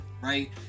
right